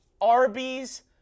Arby's